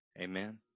Amen